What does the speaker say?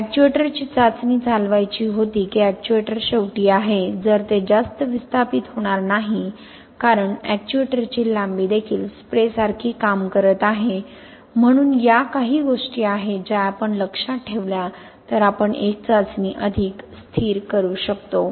एक्च्युएटरची चाचणी चालवायची होती की एक्च्युएटर शेवटी आहे जर ते जास्त विस्थापित होणार नाही कारण अॅक्ट्युएटरची लांबी देखील स्प्रेसारखी काम करत आहे म्हणून या काही गोष्टी आहेत ज्या आपण लक्षात ठेवल्या तर आपण एक चाचणी अधिक स्थिर करू शकतो